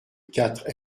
quatre